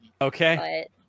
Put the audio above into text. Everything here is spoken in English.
Okay